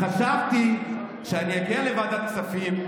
חשבתי שאני אגיע לוועדת הכספים,